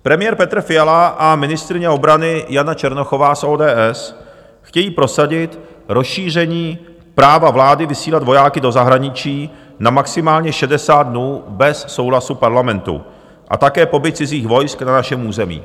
Premiér Petr Fiala a ministryně obrany Jana Černochová z ODS chtějí prosadit rozšíření práva vlády vysílat vojáky do zahraničí na maximálně 60 dnů bez souhlasu Parlamentu a také pobyt cizích vojsk na našem území.